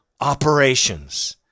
operations